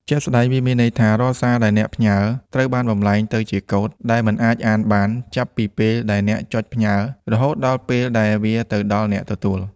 ជាក់ស្ដែង វាមានន័យថា រាល់សារដែលអ្នកផ្ញើ ត្រូវបានបំលែងទៅជាកូដដែលមិនអាចអានបាន ចាប់ពីពេលដែលអ្នកចុចផ្ញើ រហូតដល់ពេលដែលវាទៅដល់អ្នកទទួល។